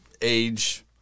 age